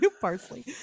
parsley